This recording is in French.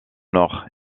nord